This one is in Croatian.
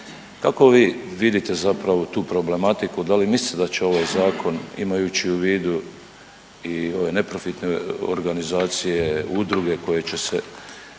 Kako vi vidite zapravo tu problematiku, da li mislite da će ovaj zakon, imajući u vidu i ove neprofitne organizacije, udruge, koje će se,